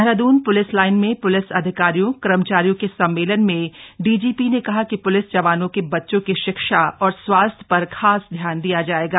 Dehradun police line में police अधिकारियों कर्मचारियों के सम्मेलन में डीजीपी ने कहा कि प्लिस जवानों के बच्चों की शिक्षा और स्वास्थ्य पर खास ध्यान दिया जायेगा